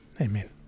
Amen